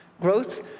growth